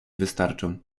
wystarczą